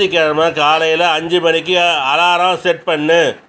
ஞாயிற்றுக்கெழமை காலையில் ஐந்து மணிக்கு அலாரம் செட் பண்ணு